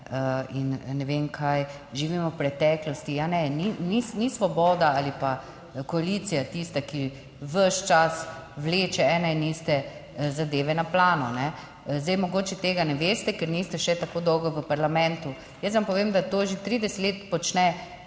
in ne vem kaj živimo v preteklosti. Ne, ni Svoboda ali pa koalicija je tista, ki ves čas vleče ene in iste zadeve na plano. Zdaj mogoče tega ne veste, ker niste še tako dolgo v parlamentu. Jaz vam povem, da to že 30 let počne